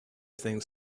things